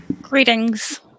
greetings